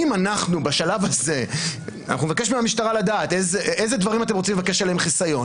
בשלב הזה נבקש מהמשטרה לדעת איזה דברים הם רוצים לבקש עליהם חיסיון.